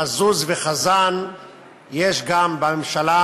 שמזוז וחזן יש גם בממשלה,